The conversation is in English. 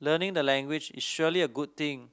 learning the language is surely a good thing